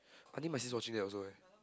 I think my sister watching that also eh